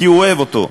כי הוא אוהב אותו.